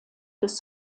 des